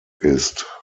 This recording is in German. ist